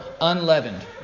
unleavened